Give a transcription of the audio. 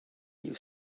you